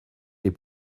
est